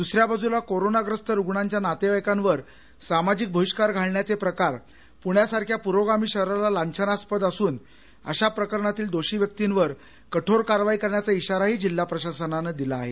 दुसऱ्या बाजूला कोरोनाग्रस्त रुग्णांच्या नातेवाईकांवर सामाजिक बहिष्कार घालण्याचे प्रकार पृण्यासारख्या प्रोगामी शहराला लाछनास्पद असन अशा प्रकरणातील दोषी व्यक्तींवर कठोर कारवाई करण्याचा इशाराही जिल्हा प्रशासनानं दिला आहे